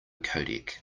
codec